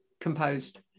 composed